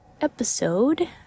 episode